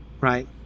right